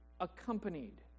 accompanied